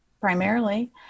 primarily